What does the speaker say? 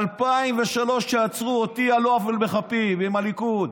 ב-2003, כשעצרו אותי על לא עוול בכפי, עם הליכוד,